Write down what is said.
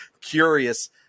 curious